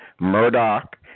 murdoch